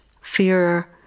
fear